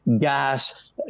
gas